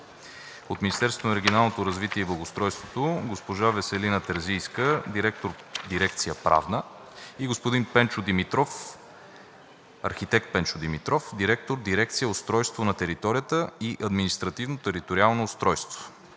от Министерството на регионалното развитие и благоустройството – госпожа Веселина Терзийска, директор на дирекция „Правна“, и господин Пенчо Димитров, архитект Пенчо Димитров, директор на дирекция „Устройство на територията и административно-териториално устройство“;